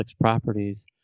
properties